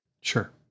Sure